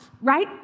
right